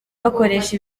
bakoresha